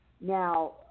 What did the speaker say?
Now